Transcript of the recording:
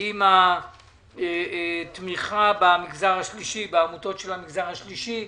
עם התמיכה בעמותות של המגזר השלישי.